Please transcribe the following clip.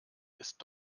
ist